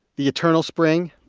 the eternal spring?